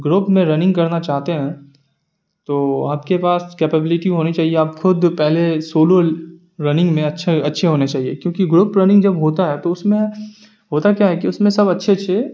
group میں running کرنا چاہتے ہیں تو آپ کے پاس کپبلٹی ہونی چاہیے آپ خود پہلے سولو رننگ میں اچھے اچھے ہونے چاہیے کیونکہ گروپ رننگ جب ہوتا ہے تو اس میں ہوتا کیا ہے کہ اس میں سب اچھے اچھے